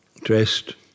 dressed